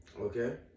Okay